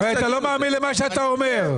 הרי אתה לא מאמין למה שאתה אומר.